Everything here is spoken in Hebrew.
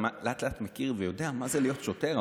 לאט-לאט אתה מכיר ויודע מה זה להיות שוטר,